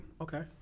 Okay